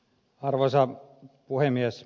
arvoisa puhemies